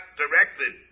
directed